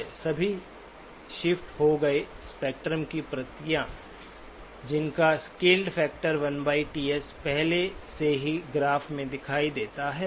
सभी शिफ्ट हो गए स्पेक्ट्रम की प्रतियां जिसका स्केलड फैक्टर 1Ts पहले से ही ग्राफ से दिखाई देता है